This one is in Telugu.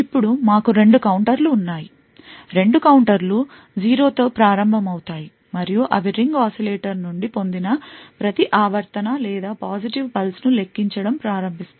ఇప్పుడు మాకు రెండు కౌంటర్లు ఉన్నాయి రెండు కౌంటర్లు 0 తో ప్రారంభమవుతాయి మరియు అవి రింగ్ oscillator నుండి పొందిన ప్రతి ఆవర్తన లేదా ప్రతి positive పల్స్ను లెక్కించడం ప్రారంభిస్తాయి